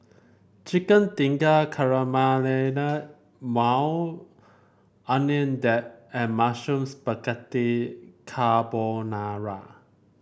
Chicken Tikka Maui Onion Dip and Mushroom Spaghetti Carbonara